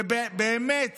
ובאמת